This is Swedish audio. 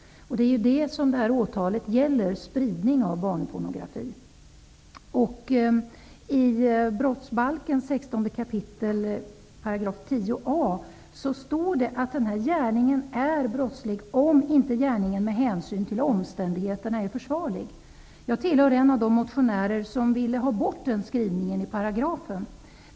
Och det är ju spridning av barnpornografi som det här åtalet gäller. I brottsbalken 16 kap. 10a § står det att gärningen är brottslig, om inte gärningen med hänsyn till omständigheterna är försvarlig. Jag tillhör en av de motionärer som ville ha bort den skrivningen.